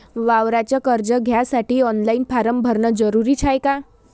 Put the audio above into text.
वावराच कर्ज घ्यासाठी ऑनलाईन फारम भरन जरुरीच हाय का?